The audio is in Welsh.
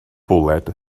bwled